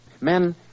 Men